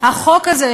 החוק הזה,